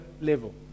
level